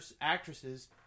actresses